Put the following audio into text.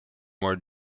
more